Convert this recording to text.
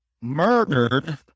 murdered